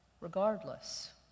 regardless